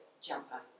jumper